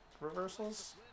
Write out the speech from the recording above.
reversals